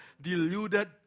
deluded